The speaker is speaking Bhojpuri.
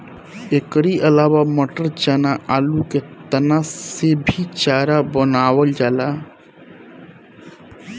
एकरी अलावा मटर, चना, आलू के तना से भी चारा बनावल जाला